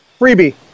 Freebie